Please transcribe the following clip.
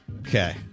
Okay